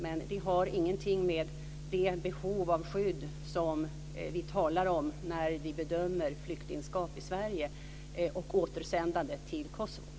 Men det har ingenting att göra med det behov av skydd som vi talar om när vi bedömer flyktingskap i Sverige och återsändande till Kosovo.